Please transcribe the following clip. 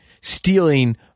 stealing